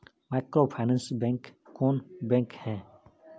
Microfinance bank कौन bank है?